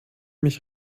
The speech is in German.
mich